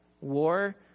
War